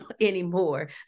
anymore